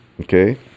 Okay